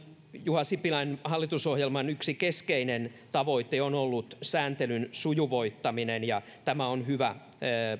juha sipilän hallitusohjelman yksi keskeinen tavoite on ollut sääntelyn sujuvoittaminen ja tämä on hyvä